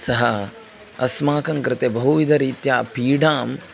सः अस्माकं कृते बहुविधरीत्या पीडाम्